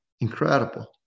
incredible